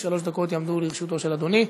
שלוש דקות יעמדו לרשותו של אדוני.